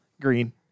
green